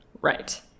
Right